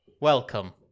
welcome